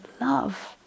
love